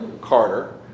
Carter